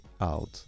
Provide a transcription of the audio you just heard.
out